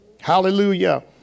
Hallelujah